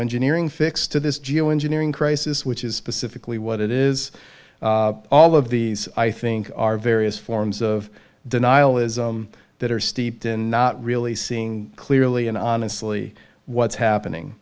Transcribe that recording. engineering fix to this geo engineering crisis which is specifically what it is all of these i think are various forms of denialism that are steeped in not really seeing clearly and honestly what's happening